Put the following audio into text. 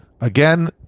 again